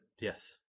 Yes